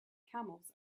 camels